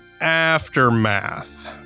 aftermath